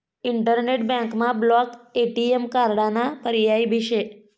internet बँकमा block ATM कार्डाना पर्याय भी शे